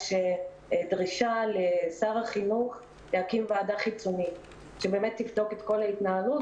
דרישה לשר החינוך להקים ועדה חיצונית שתבדוק את כל ההתנהלות,